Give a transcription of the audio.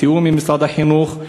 בתיאום עם משרד החינוך,